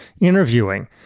interviewing